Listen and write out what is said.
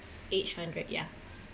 age hundred ya